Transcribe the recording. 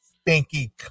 stinky